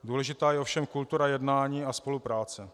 Důležitá je ovšem kultura jednání a spolupráce.